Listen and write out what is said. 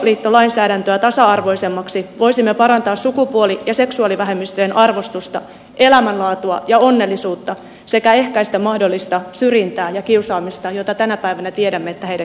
muuttamalla avioliittolainsäädäntöä tasa arvoisemmaksi voisimme parantaa sukupuoli ja seksuaalivähemmistöjen arvostusta elämänlaatua ja onnellisuutta sekä ehkäistä mahdollista syrjintää ja kiusaamista jota tänä päivänä tiedämme että heidän keskuudessaan on